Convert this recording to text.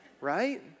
Right